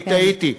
אני טעיתי.